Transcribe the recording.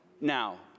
now